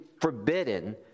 forbidden